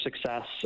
success